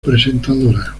presentadora